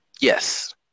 yes